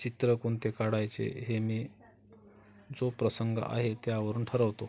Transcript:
चित्र कोणते काढायचे हे मी जो प्रसंग आहे त्यावरून ठरवतो